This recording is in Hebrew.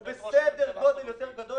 הנזק שבתוכנית הזאת הוא בסדר גודל יותר גדול